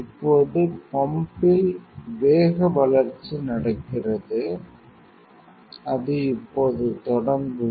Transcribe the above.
இப்போது பம்ப்பில் வேகவளர்ச்சி நடக்கிறது அது இப்போது தொடங்கும்